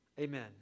Amen